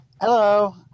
Hello